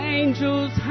angels